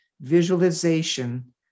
visualization